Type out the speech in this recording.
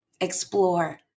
Explore